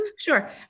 Sure